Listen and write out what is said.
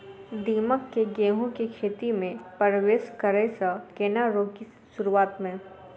दीमक केँ गेंहूँ केँ खेती मे परवेश करै सँ केना रोकि शुरुआत में?